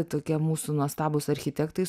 tokia mūsų nuostabūs architektai